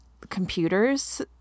computers